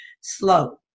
slow